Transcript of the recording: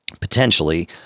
potentially